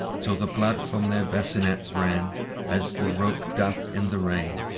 till the blood from their basenets ran as the roke doth in the rain.